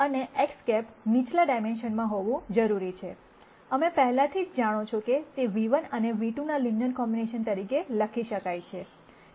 અને X̂ નીચલા ડાયમેન્શનમાં હોવું જરૂરી છે અમે પહેલાથી જ જાણો છો કે તેν ₁ અને ν₂ ના લિનયર કોમ્બિનેશન તરીકે લખી શકાય છે